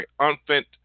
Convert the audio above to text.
triumphant